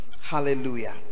hallelujah